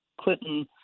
Clinton